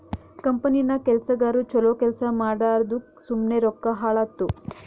ಕಂಪನಿನಾಗ್ ಕೆಲ್ಸಗಾರು ಛಲೋ ಕೆಲ್ಸಾ ಮಾಡ್ಲಾರ್ದುಕ್ ಸುಮ್ಮೆ ರೊಕ್ಕಾ ಹಾಳಾತ್ತುವ್